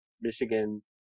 Michigan